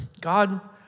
God